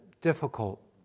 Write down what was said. difficult